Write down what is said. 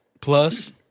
Plus